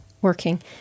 working